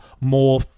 more